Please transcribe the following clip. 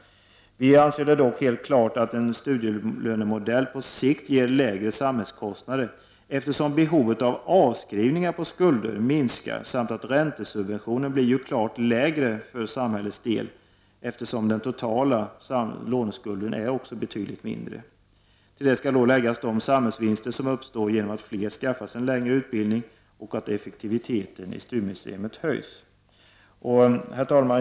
Vi anser det dock helt klart att en studielönemodell på sikt ger lägre samhällskostnader. Behovet av avskrivningar på skulder minskar ju och räntesubventionen blir lägre för samhällets del, eftersom den totala låneskulden är betydligt mindre. Till det skall då läggas de samhällsvinster som uppstår genom att fler skaffar sig en längre utbildning och genom att effektiviteten i studiemedelssystemet höjs. Herr talman!